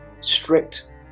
strict